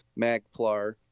Magplar